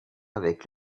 avec